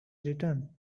return